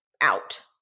out